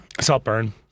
Saltburn